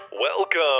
Welcome